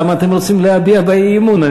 למה אתם רוצים להביע בה אי-אמון?